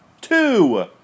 two